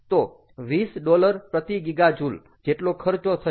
તો 20 ડોલર પ્રતિ ગિગાજૂલ જેટલો ખર્ચો થશે